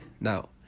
now